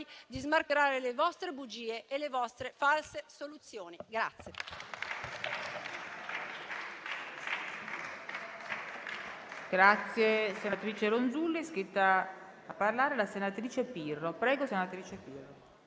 di smascherare le vostre bugie e le vostre false soluzioni.